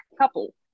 couple